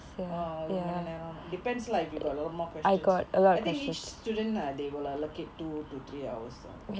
oh ஒரு மணி நேரம்:oru mani neram depends lah if you got a little more questions I think each student they will allocate two to three hours ah